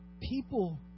people